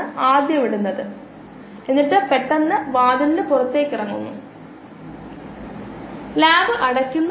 μmS1K1S1 S2K2S2 2 സബ്സ്ട്രേറ്റുകൾ ഒരേസമയം പരിമിതപ്പെടുത്തുമ്പോൾ ഈ മോഡൽ വളരെ ജനപ്രിയമാണ്